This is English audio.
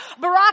Barack